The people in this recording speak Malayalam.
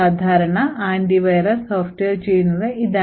സാധാരണ ആന്റിവൈറസ് സോഫ്റ്റ്വെയർ ചെയ്യുന്നത് ഇതാണ്